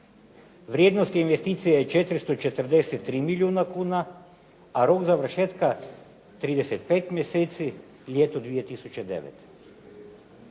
vrijednosti investicija je 443 milijuna kuna, a rok završetka 35 mjeseci, ljeto 2009.